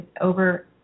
over